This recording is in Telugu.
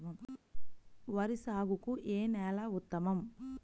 వరి సాగుకు ఏ నేల ఉత్తమం?